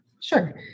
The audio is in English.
sure